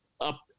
up